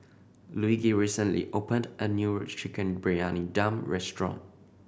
Luigi recently opened a new Chicken Briyani Dum restaurant